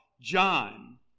John